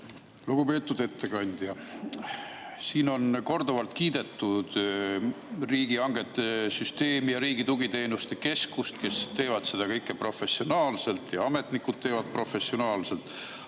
Lugupeetud ettekandja! Siin on korduvalt kiidetud riigihangete süsteemi ja Riigi Tugiteenuste Keskust, kes teevad seda kõike professionaalselt, ja ametnikud teevad professionaalselt.